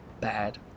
Bad